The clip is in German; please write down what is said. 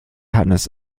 hannes